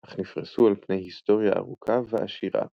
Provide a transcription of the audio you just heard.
אך נפרשו על פני היסטוריה ארוכה ועשירה